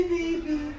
baby